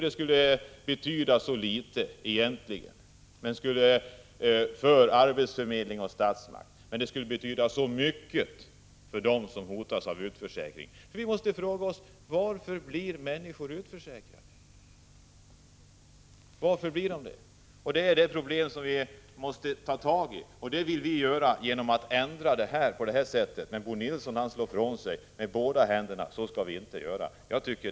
Det skulle betyda så litet för arbetsförmedling och statsmakt, men det skulle betyda så mycket för de enskilda som hotas av utförsäkring. Vi måste fråga oss: Varför blir människor utförsäkrade? Det är det problemet som vi måste ta tag i, och det vill vi i vpk göra genom att ändra ordalydelsen i dessa bestämmelser. Men Bo Nilsson slår ifrån sig med båda händerna och säger att vi inte skall göra så.